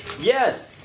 Yes